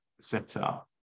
setup